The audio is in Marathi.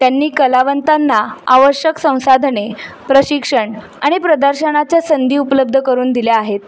त्यांनी कलावंतांना आवश्यक संसाधने प्रशिक्षण आणि प्रदर्शनाच्या संधी उपलब्ध करून दिल्या आहेत